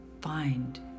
find